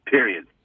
Period